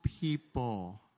people